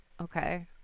Okay